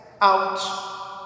out